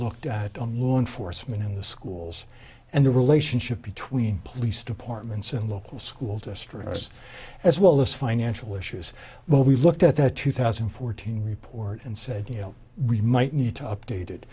looked at on law enforcement in the schools and the relationship between police departments and local school districts as well as financial issues well we looked at that two thousand and fourteen report and said you know we might need to updated